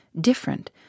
different